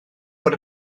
bod